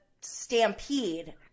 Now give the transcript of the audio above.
stampede